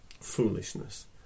foolishness